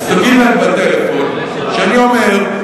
אז תגיד להם בטלפון שאני אומר,